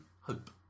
hope